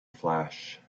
flash